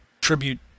tribute